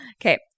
Okay